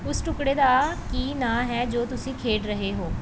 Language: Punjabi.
ਉਸ ਟੁਕੜੇ ਦਾ ਕੀ ਨਾਂ ਹੈ ਜੋ ਤੁਸੀਂ ਖੇਡ ਰਹੇ ਹੋ